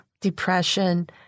depression